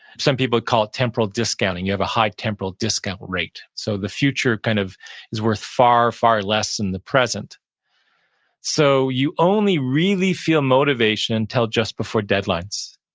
some people call temporal discounting, you have a high temporal discount rate. so the future kind of is worth far, far less than the present so you only really feel motivation until just before deadlines.